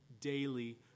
daily